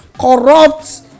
corrupt